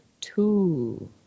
two